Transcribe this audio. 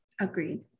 Agreed